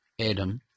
Adam